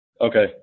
Okay